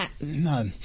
No